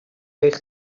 eich